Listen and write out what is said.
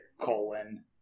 colon